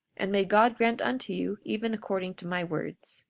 and may god grant unto you even according to my words.